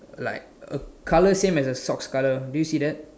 like a colour same as her socks colour do you see that